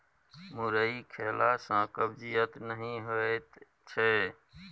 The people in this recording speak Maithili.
मुरइ खेला सँ कब्जियत नहि होएत छै